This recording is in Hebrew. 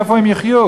מאיפה הם יחיו?